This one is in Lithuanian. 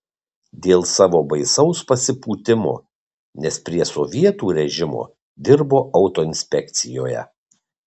dėl savo baisaus pasipūtimo nes prie sovietų režimo dirbo autoinspekcijoje